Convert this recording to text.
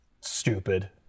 stupid